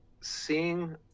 seeing